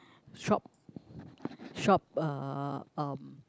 shop shop uh um